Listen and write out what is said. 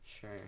Sure